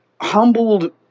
humbled